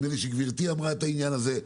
נדמה לי שגברתי אמרה את העניין הזה,